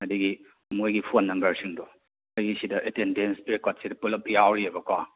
ꯑꯗꯒꯤ ꯃꯣꯏꯒꯤ ꯐꯣꯟ ꯅꯝꯕꯔꯁꯤꯡꯗꯣ ꯑꯩꯈꯣꯏꯒꯤ ꯁꯤꯗ ꯑꯦꯇꯦꯟꯗꯦꯟꯁ ꯔꯦꯀꯣꯠꯁꯤꯗ ꯄꯨꯂꯞ ꯌꯥꯎꯔꯤꯑꯕꯀꯣ